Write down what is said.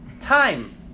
time